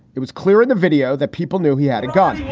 it was clear in the video that people knew he had a gun.